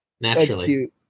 Naturally